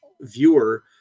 viewer